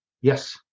Yes